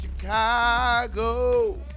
Chicago